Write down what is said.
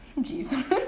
Jesus